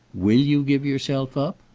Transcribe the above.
will you give yourself up?